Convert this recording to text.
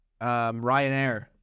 Ryanair